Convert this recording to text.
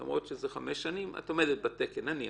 למרות שזה חמש שנים, את עומדת בתקן, נניח.